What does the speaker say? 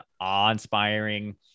awe-inspiring